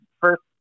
first